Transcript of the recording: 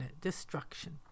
destruction